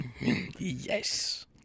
Yes